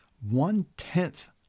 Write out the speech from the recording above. one-tenth